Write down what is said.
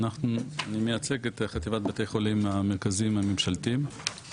אני מייצג את חטיבת בתי החולים המרכזיים הממשלתיים.